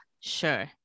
Sure